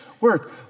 work